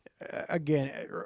Again